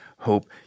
Hope